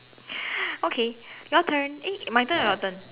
okay your turn eh my turn or your turn